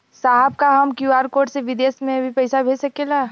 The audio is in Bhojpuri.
साहब का हम क्यू.आर कोड से बिदेश में भी पैसा भेज सकेला?